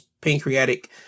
pancreatic